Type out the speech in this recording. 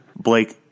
Blake